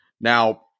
Now